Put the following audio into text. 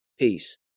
peace